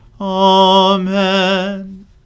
Amen